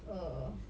err